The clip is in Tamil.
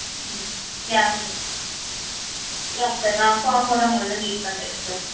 யா சார் யா சார் நான் ஃபார்ம் ஓட உங்களை வந்து மீட் பண்ணுகிறேங் சார்